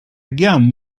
again